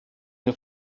den